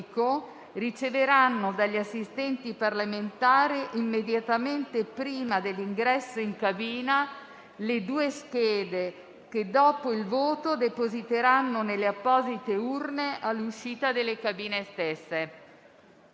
riceveranno dagli assistenti parlamentari, immediatamente prima dell'ingresso in cabina, le due schede che, dopo il voto, depositeranno nelle apposite urne all'uscita delle cabine stesse.